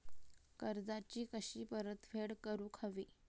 कर्जाची कशी परतफेड करूक हवी?